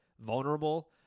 Vulnerable